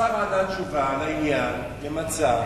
השר ענה תשובה לעניין, ממצה.